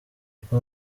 uko